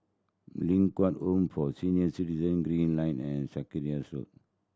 Ling Kwang Home for Senior Citizen Green Lane and Sarkies Road